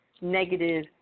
negative